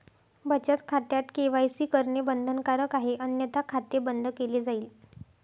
बचत खात्यात के.वाय.सी करणे बंधनकारक आहे अन्यथा खाते बंद केले जाईल